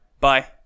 Bye